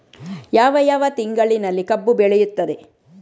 ಯಾವ ಯಾವ ತಿಂಗಳಿನಲ್ಲಿ ಕಬ್ಬು ಬೆಳೆಯುತ್ತದೆ?